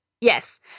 Yes